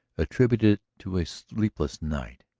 attributed it to a sleepless night,